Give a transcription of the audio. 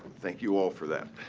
thank you all for that.